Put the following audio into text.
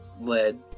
lead